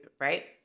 right